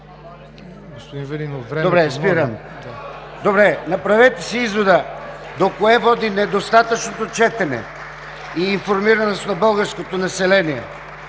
Добре, спирам. Направете си извода до кое води недостатъчното четене и информираност на българското население.